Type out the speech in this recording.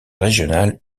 régionales